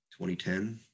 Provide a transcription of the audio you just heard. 2010